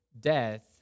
death